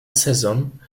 season